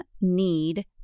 need